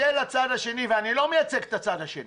ניתן לצד השני, ואני לא מייצג את הצד השני,